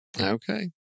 Okay